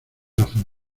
razón